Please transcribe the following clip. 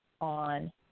on